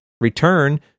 return